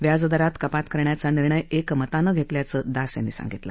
व्याजदरात कपात करण्याचा निर्णय एकमतानं घेतल्याचं दास यांनी सांगितलं